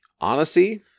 Honesty